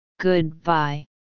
Goodbye